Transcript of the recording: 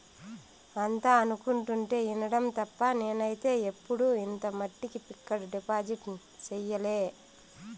అంతా అనుకుంటుంటే ఇనడం తప్ప నేనైతే ఎప్పుడు ఇంత మట్టికి ఫిక్కడు డిపాజిట్ సెయ్యలే